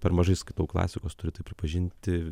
per mažai skaitau klasikos turiu tai pripažinti